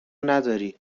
نداری